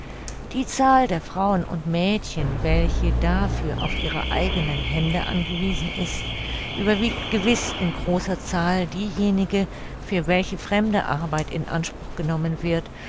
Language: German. die zahl der frauen und mädchen welche dafür auf ihre eigenen hände angewiesen ist überwiegt gewiß in großer zahl diejenige für welche fremde arbeit in anspruch genommen wird